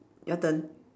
your turn